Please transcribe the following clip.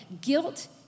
Guilt